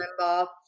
remember